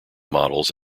models